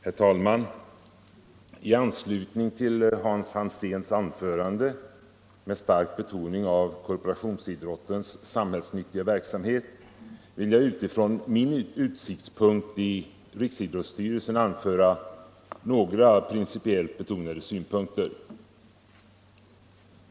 Herr talman! I anslutning till Hans Alséns anförande med dess starka betoning av korporationsidrottens samhällsnyttiga verksamhet vill jag utifrån min utsiktspunkt i Riksidrottsstyrelsen framföra några principiella synpunkter.